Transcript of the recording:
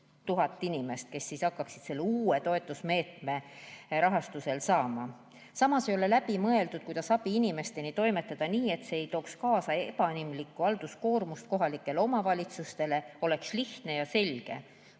000 inimest, kes hakkaksid sellest uuest toetusmeetmest raha saama, samas ei ole läbi mõeldud, kuidas abi inimesteni toimetada nii, et see ei tooks kaasa ebainimlikku halduskoormust kohalikele omavalitsustele, oleks lihtne ja selge.